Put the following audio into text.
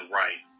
right